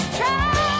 try